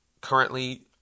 currently